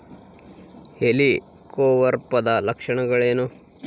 ಹೆಲಿಕೋವರ್ಪದ ಲಕ್ಷಣಗಳೇನು?